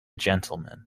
gentleman